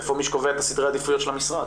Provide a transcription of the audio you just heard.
איפה מי שקובע את סדרי העדיפויות של המשרד?